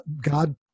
God